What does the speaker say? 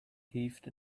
heaved